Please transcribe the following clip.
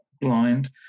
blind